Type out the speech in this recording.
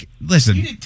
Listen